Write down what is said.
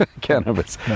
cannabis